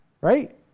right